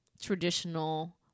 traditional